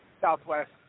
southwest